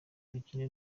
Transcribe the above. dukine